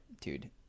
Dude